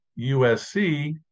USC